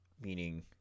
meaning